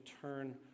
turn